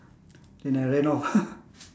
then I ran off